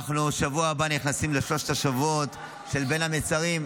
אנחנו בשבוע הבא נכנסים לשלושת השבועות של בין המצרים.